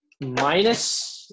minus